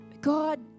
God